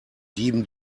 dieben